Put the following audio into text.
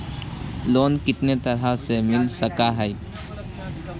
Loan कितना तरह से मिल सक है?